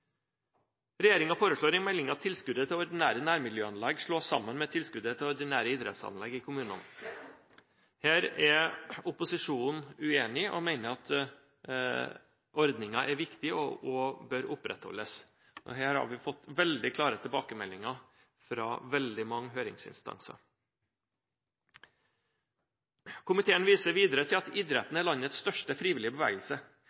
foreslår i meldingen at tilskuddet til ordinære nærmiljøanlegg slås sammen med tilskuddet til ordinære idrettsanlegg i kommunene. Her er opposisjonen uenig, og mener at ordningen er viktig og bør opprettholdes. Her har vi fått veldig klare tilbakemeldinger fra veldig mange høringsinstanser. Komiteen viser videre til at idretten er landets største frivillige bevegelse.